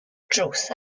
drws